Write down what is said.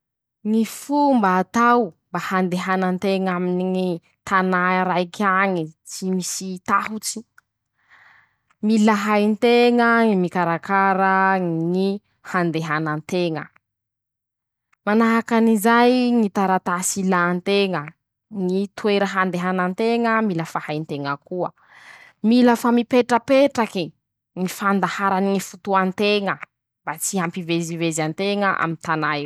Ñy fomba atao mba handehana nteña aminy ñy tanà raik'añy, tsy misy tahotsy: -Mila hain-teña, ñy mikarakara ñy handehana nteña, manahakan'izay ñy taratasy ilà nteña, ñy toera handehana nteña mila fahay nteña koa, mila fa mipetrapetrake ñy fandaharany ñy fotoa nteña mba tsy hampivezivezy anteña aminy tanà.